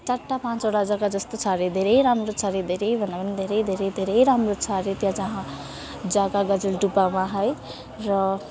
चारवटा पाँचवटा जग्गा जस्तो छ अरे धेरै राम्रो छ अरे धेरैभन्दा पनि धेरै धेरै धेरै राम्रो छ अरे त्यहाँ जहाँ जग्गा गजलडुब्बामा है र